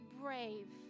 brave